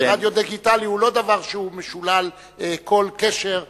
רדיו דיגיטלי הוא לא דבר שהוא משולל כל קשר לנושאים.